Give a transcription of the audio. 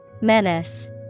Menace